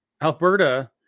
Alberta